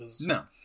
No